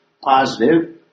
positive